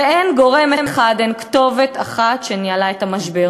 ואין גורם אחד, אין כתובת אחת שניהלה את המשבר.